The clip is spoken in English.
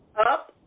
up